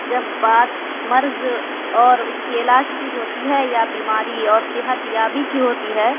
جب بات مرض اور اس کی علاج کی ہوتی ہے یا بیماری اور صحت یابی کی ہوتی ہے